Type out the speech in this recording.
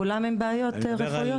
כולם עם בעיות רפואיות?